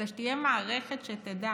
אלא שתהיה מערכת שתדע